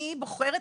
אני בוחרת,